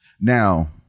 Now